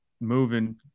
moving